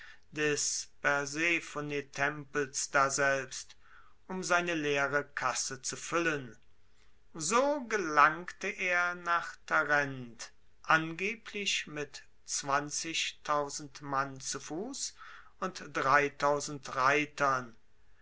des persephonetempels daselbst um seine leere kasse zu fuellen so gelangte er nach tarent angeblich mit mann zu fuss und reitern